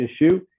issue